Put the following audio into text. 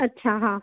अच्छा हां